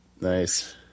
Nice